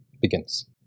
begins